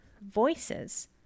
voices